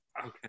Okay